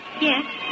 Yes